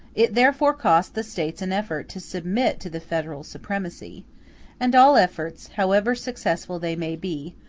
it therefore cost the states an effort to submit to the federal supremacy and all efforts, however successful they may be,